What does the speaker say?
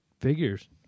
figures